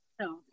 No